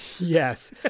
Yes